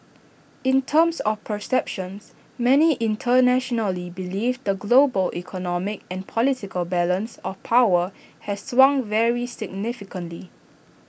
in terms of perceptions many internationally believe the global economic and political balance of power has swung very significantly